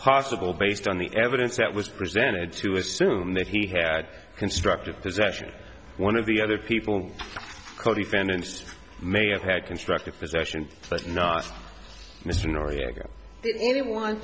possible based on the evidence that was presented to assume that he had constructive possession one of the other people co defendants may have had constructive possession but not mr noriega anyone